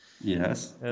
Yes